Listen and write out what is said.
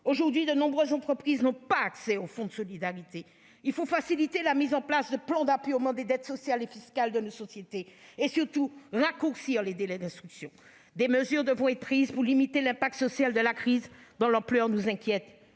aujourd'hui, de nombreuses entreprises n'y ont pas accès. Il faut faciliter la mise en place de plans d'apurement des dettes sociales et fiscales de nos sociétés et, surtout, raccourcir les délais d'instruction. Des mesures devront être prises pour limiter l'impact social d'une crise dont l'ampleur nous inquiète.